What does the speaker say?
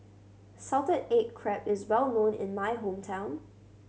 salted egg crab is well known in my hometown